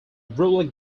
rural